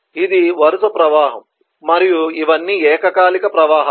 ఇది వరుస ప్రవాహం మరియు ఇవన్నీ ఏకకాలిక ప్రవాహాలు